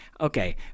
Okay